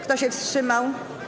Kto się wstrzymał?